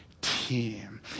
team